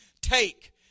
take